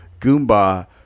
goomba